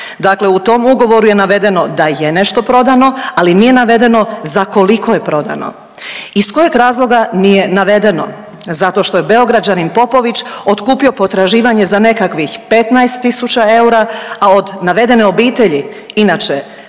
Dakle, u tom ugovoru je navedeno da je nešto prodano, ali nije navedeno za koliko je prodano. Iz kojeg razloga nije navedeno? Zato što je Beograđanin Popović otkupio potraživanje za nekakvih 15 tisuća eura, a od navedene obitelji inače